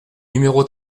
numéro